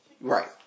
Right